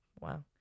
Wow